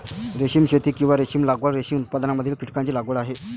रेशीम शेती, किंवा रेशीम लागवड, रेशीम उत्पादनातील कीटकांची लागवड आहे